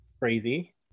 crazy